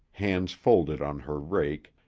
hands folded on her rake,